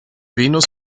venus